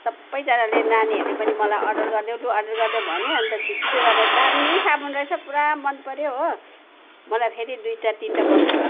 सबैजनाले नानीहरूले पनि मलाई अर्डर गरिदेऊ लु अर्डर गरिदेऊ भन्यो अनि त छिट् छिटो गरेर दामी साबुन रहेछ पुरा मन पऱ्यो हो मलाई फेरि दुईटा तिनटा पठाइदिनु